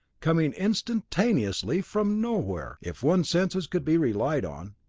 coming instantaneously from nowhere, if one's senses could be relied on.